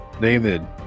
David